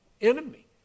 enemy